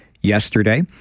yesterday